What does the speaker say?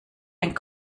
ein